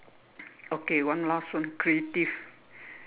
okay one last one creative